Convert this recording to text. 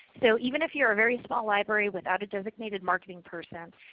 so even if you are a very small library without a designated marketing person,